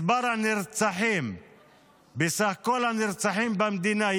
מספר הנרצחים בסך כל הנרצחים במדינה,